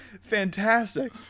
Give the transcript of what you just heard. Fantastic